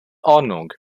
ordnung